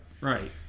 right